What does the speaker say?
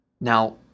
Now